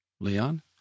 Leon